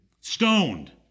stoned